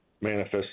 manifest